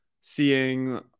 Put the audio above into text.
Seeing